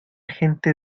gente